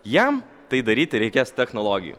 jam tai daryti reikės technologijų